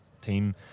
team